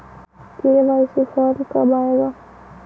KYC form कब आए गा?